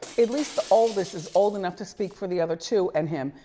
at least the oldest, is old enough to speak for the other two and him,